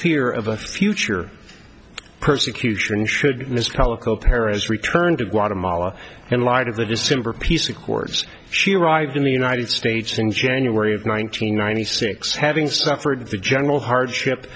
fear of a future persecution should this calico peres return to guatemala in light of the december peace accords she arrived in the united states in january of ninety ninety six having suffered the general hardship